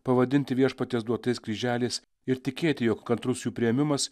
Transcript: pavadinti viešpaties duotais kryželiais ir tikėti jog kantrus jų priėmimas